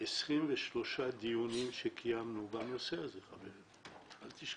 23 דיונים שקיימנו בנושא הזה, אל תשכחו.